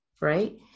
Right